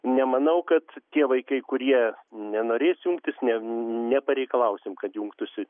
nemanau kad tie vaikai kurie nenorės jungtis ne nepareikalausim kad jungtųsi